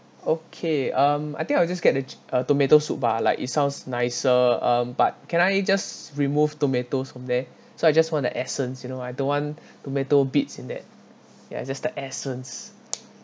okay um I think I'll just get the ch~ uh tomato soup but uh like it sounds nicer um but can I just remove tomatoes from there so I just want the essence you know I don't want tomato bits in that ya just the essence